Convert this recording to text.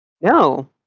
No